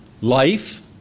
life